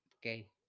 Okay